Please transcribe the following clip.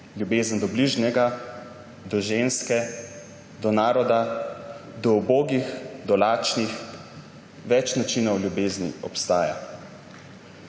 Ljubezen do bližnjega, do ženske, do naroda, do ubogih, do lačnih, več načinov ljubezni obstaja.